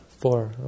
four